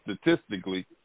statistically